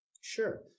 Sure